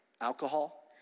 Alcohol